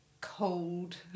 cold